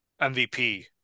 MVP